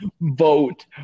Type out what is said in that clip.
vote